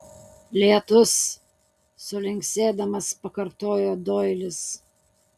lietus sulinksėdamas pakartojo doilis